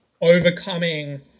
overcoming